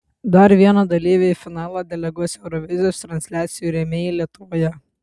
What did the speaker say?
dar vieną dalyvį į finalą deleguos eurovizijos transliacijų rėmėjai lietuvoje